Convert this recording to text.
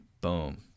Boom